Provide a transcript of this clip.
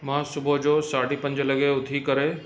मां सुबुह जो साढ़ी पंजे लॻे उथी करे